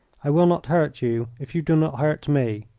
i will not hurt you if you do not hurt me,